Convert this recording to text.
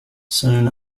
soon